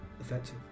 effective